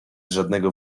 żadnego